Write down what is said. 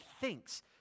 thinks